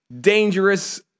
dangerous